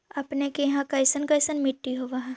अपने के यहाँ कैसन कैसन मिट्टी होब है?